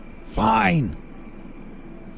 Fine